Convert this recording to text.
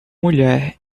mulher